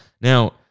Now